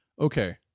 okay